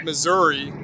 Missouri